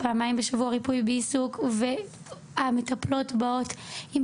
פעמיים בשבוע ריפוי בעיסוק אני רואה איך המטפלות באות עם